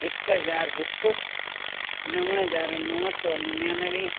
हिकु हज़ार हिकु नव हज़ार नव सौ निनयानवे